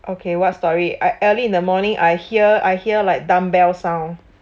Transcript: okay what story ea~ early in the morning I hear I hear like dumbbell sound